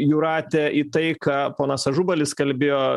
jūrate į tai ką ponas ažubalis kalbėjo